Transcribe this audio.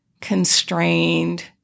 constrained